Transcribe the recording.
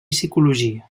psicologia